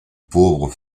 pauvre